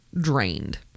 drained